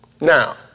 Now